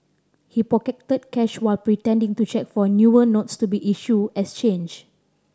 he pocketed cash while pretending to check for newer notes to be issued as change